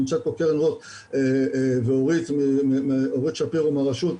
נמצאות כאן קרן רוט ואורית שפירו מהרשות,